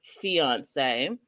fiance